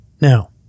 Now